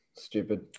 Stupid